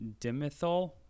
dimethyl